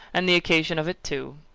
and the occasion of it too!